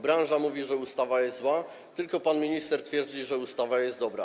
Branża mówi, że ustawa jest zła, tylko pan minister twierdzi, że ustawa jest dobra.